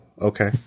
okay